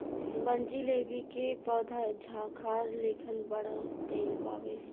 बनजीलेबी के पौधा झाखार लेखन बढ़ गइल बावे